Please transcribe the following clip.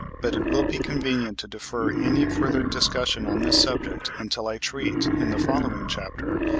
but it will be convenient to defer any further discussion on this subject until i treat, in the following chapter,